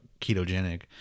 ketogenic